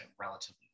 relatively